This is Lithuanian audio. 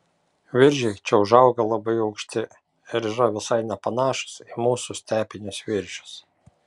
viržiai čia užauga labai aukšti ir yra visai nepanašūs į mūsų stepinius viržius